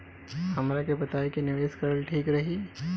हमरा के बताई की निवेश करल ठीक रही?